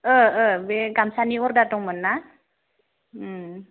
बे गामसानि अर्डार दंमोन ना